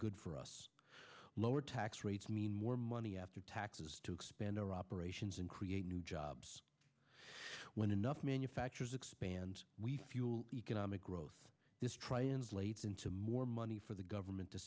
good for us lower tax rates mean more money after taxes to expand our operations and create new jobs when enough manufacturers expand we fuel economic growth this try inflates into more money for the government to